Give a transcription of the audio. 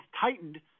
tightened